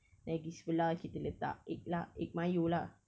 lagi sebelah kita letak egg lah egg mayo lah